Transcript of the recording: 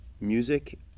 Music